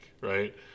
right